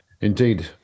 indeed